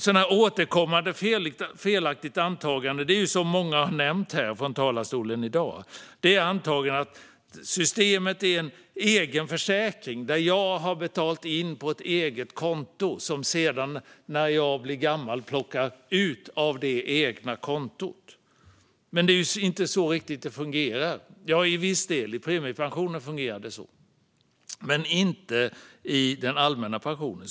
Ett återkommande felaktigt antagande, som många nämnt här i talarstolen i dag, är att systemet är en egen försäkring där det man har betalat in på ett eget konto sedan kan plockas när man blir gammal, men riktigt så fungerar det inte. Till viss del - för premiepensionen - fungerar det så, men inte för den allmänna pensionen.